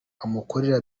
amukorera